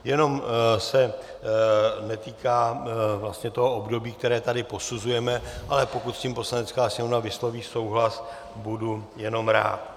Jenom se netýká vlastně toho období, které tady posuzujeme, ale pokud s tím Poslanecká sněmovna vysloví souhlas, budu jenom rád.